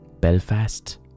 Belfast